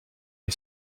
est